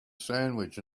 sandwich